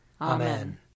Amen